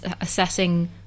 assessing